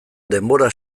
denbora